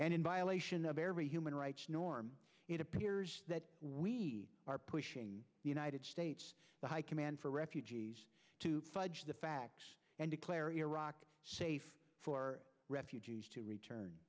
and in violation of their human rights norm it appears that we are pushing the united states the high command for refugees to fudge the facts and declare iraq safe for refugees to return